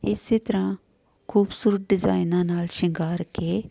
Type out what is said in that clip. ਇਸ ਤਰ੍ਹਾਂ ਖੂਬਸੂਰਤ ਡਿਜਾਇਨਾਂ ਨਾਲ ਸ਼ਿੰਗਾਰ ਕੇ